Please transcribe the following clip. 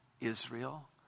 Israel